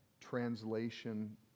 translation